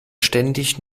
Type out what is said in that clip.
ständig